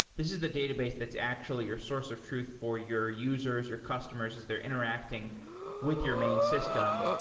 this is the database that's actually your source of truth for your users, your customers as they're interacting with your main system.